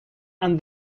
and